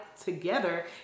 together